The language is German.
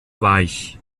weich